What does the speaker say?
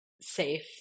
safe